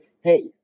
Hey